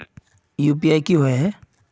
UPI की होय है?